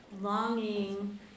longing